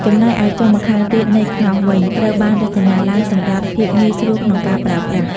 ចំណែកឯចុងម្ខាងទៀតនៃខ្នោសវិញ ត្រូវបានរចនាឡើងសម្រាប់ភាពងាយស្រួលក្នុងការប្រើប្រាស់។